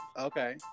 Okay